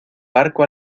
barco